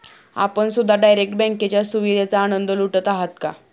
आपण सुद्धा डायरेक्ट बँकेच्या सुविधेचा आनंद लुटत आहात का?